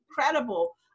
incredible